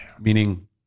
Meaning